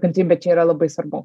kantrybė čia yra labai svarbu